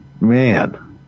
man